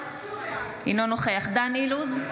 אינו נוכח דן אילוז,